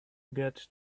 get